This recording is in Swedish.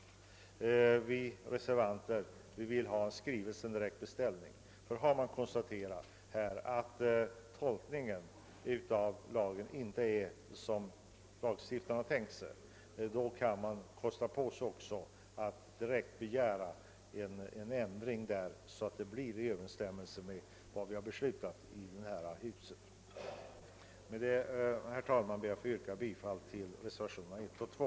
Vi reservanter begär däremot en skrivelse med en direkt beställning. Har man konstaterat att tolkningen av lagen inte är sådan som lagstiftarna har tänkt sig, tycker vi att man kan kosta på sig att direkt begära en ändring, så att tillämpningen kommer att stå i överensstämmelse med vad vi har beslutat här i riksdagen. Med dessa ord, herr talman, ber jag att få yrka bifall till reservationerna 1 och 2.